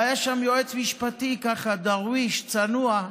והיה שם יועץ משפטי, ככה, דרוויש, צנוע.